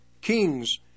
Kings